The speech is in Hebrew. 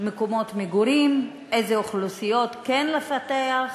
מקומות מגורים, איזה אוכלוסיות כן לפתח,